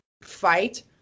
fight